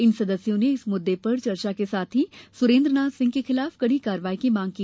इन सदस्यों ने इस मुद्दें पर चर्चा के साथ ही सुरेन्द्रनाथ सिंह के खिलाफ कड़ी कार्यवाही की मांग की